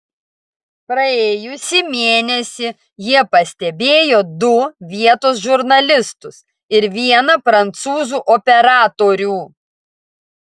praėjusį mėnesį jie pastebėjo du vietos žurnalistus ir vieną prancūzų operatorių